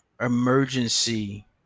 emergency